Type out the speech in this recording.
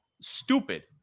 Stupid